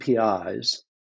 APIs